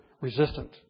resistant